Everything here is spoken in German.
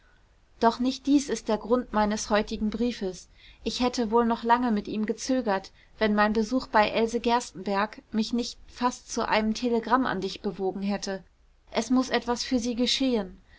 doch nicht dies ist der grund meines heutigen briefes ich hätte wohl noch lange mit ihm gezögert wenn mein besuch bei else gerstenbergk mich nicht fast zu einem telegramm an dich bewogen hätte es muß etwas für sie geschehen